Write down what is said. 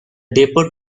depot